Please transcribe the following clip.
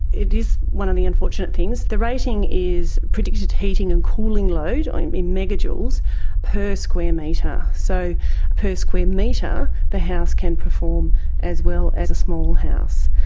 it is one of the unfortunate things. the rating is predicted heating and cooling load ah and in megajoules per square metre. so per square metre the house can perform as well as a small house.